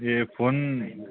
A phone